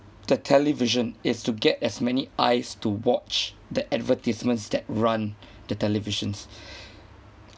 the television is to get as many eyes to watch the advertisements that run the televisions